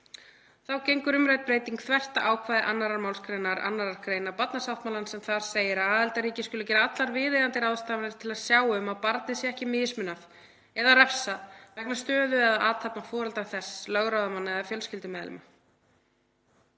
Þá gengur umrædd breyting þvert á ákvæði 2. mgr. 2. gr. barnasáttmálans en þar segir að aðildarríki skuli gera allar viðeigandi ráðstafanir til að sjá um að barni sé ekki mismunað eða refsað vegna stöðu eða athafna foreldra þess, lögráðamanna eða fjölskyldumeðlima.